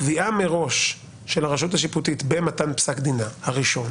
קביעה מראש של הרשות השיפוטית במתן פסק דינה הראשון